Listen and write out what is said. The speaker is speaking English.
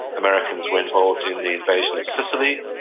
americans were involved in the invasion of sicily.